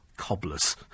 cobblers